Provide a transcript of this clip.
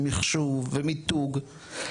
מיחוש ומיתוג.